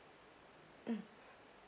mm